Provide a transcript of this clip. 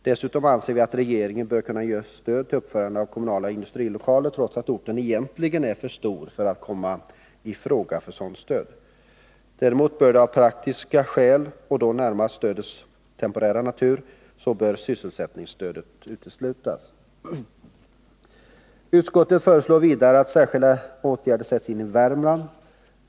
Dessutom anser vi att regeringen bör kunna ge stöd till uppförande av kommunala industrilokaler, trots att orten egentligen är för stor för att komma i fråga för sådant stöd. Däremot bör av praktiska skäl — och då närmast stödets temporära natur — sysselsättningstöd uteslutas. Utskottet föreslår vidare att särskilda åtgärder sätts in i Värmland.